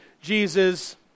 Jesus